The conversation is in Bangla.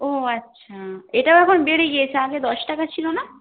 ও আচ্ছা এটাও এখন বেড়ে গিয়েছে আগে দশ টাকা ছিল না